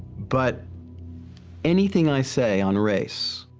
but anything i say on race,